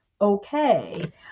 okay